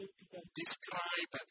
Describe